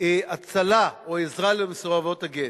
הצלה או עזרה למסורבות הגט.